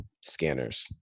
Scanners